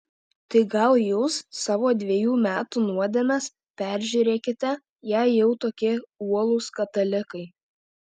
tai gal jūs savo dvejų metų nuodėmes peržiūrėkite jei jau tokie uolūs katalikai